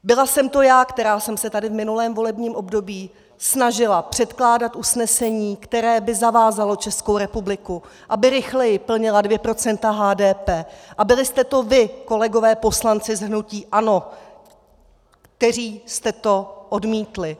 Byla jsem to já, která jsem se tady v minulém volebním období snažila předkládat usnesení, které by zavázalo Českou republiku, aby rychleji plnila 2 % HDP, a byli jste to vy, kolegové poslanci z hnutí ANO, kteří jste to odmítli.